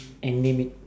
and name it